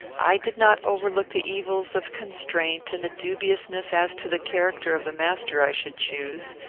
i did not overlook the evils of constraint and the dubiousness as to the character of the master i should choose.